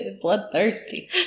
Bloodthirsty